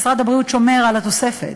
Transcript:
משרד הבריאות שומר על התוספת?